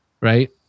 right